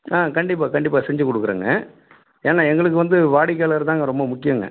ஆ கண்டிப்பாக கண்டிப்பாக செஞ்சு கொடுக்குறேங்க ஏன்னா எங்களுக்கு வந்து வாடிக்கையாளர் தான்ங்க ரொம்ப முக்கியங்க